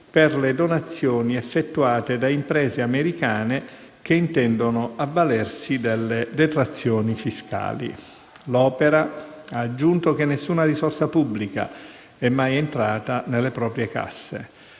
per le donazioni effettuate da imprese americane che intendono avvalersi delle detrazioni fiscali. L'Opera ha aggiunto che nessuna risorsa pubblica è mai entrata nelle proprie casse.